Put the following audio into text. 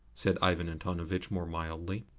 said ivan antonovitch more mildly.